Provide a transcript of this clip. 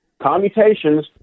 commutations